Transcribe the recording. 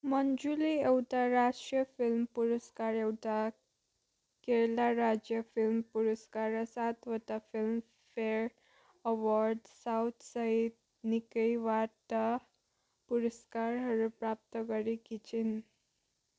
मञ्जुले एउटा राष्ट्रिय फिल्म पुरस्कार एउटा केरल राज्य फिल्म पुरस्कार र सातवटा फिल्मफेयर अवार्ड्स साउथ सहित निकैवटा पुरस्कारहरू प्राप्त गरेकी छिन्